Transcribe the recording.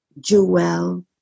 jewel